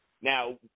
Now